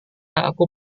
aku